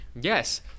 Yes